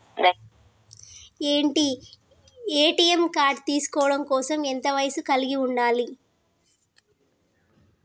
ATM card తీసుకోవడం కోసం ఎంత వయస్సు కలిగి ఉండాలి?